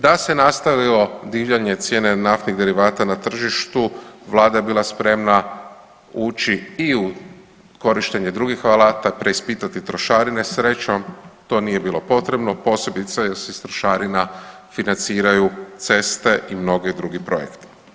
Da se nastavilo divljanje cijene naftnih derivata na tržištu vlada je bila spremna ući i u korištenje drugih alata, preispitati trošarine, srećom to nije bilo potrebno posebice jer se iz trošarina financiraju ceste i mnogi drugi projekti.